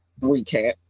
recap